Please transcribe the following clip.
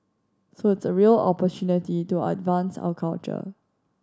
so the real opportunity to advance our culture